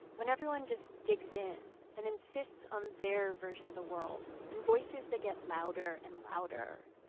when everyone just digs in and insists on their version of the world in voices that get louder and louder?